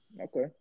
okay